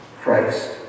Christ